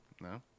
No